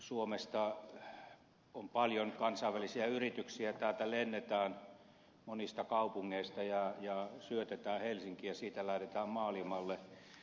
suomessa on paljon kansainvälisiä yrityksiä täältä lennetään monista kaupungeista ja syötetään helsinkiä ja sieltä lähdetään maailmalle